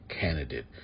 candidate